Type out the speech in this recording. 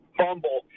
fumble